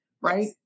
Right